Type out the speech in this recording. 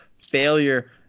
failure